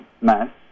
mass